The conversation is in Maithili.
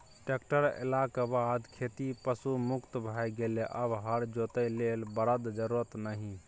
ट्रेक्टर एलाक बाद खेती पशु मुक्त भए गेलै आब हर जोतय लेल बरद जरुरत नहि